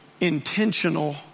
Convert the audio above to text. intentional